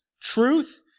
Truth